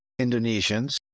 Indonesians